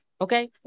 okay